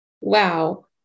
Wow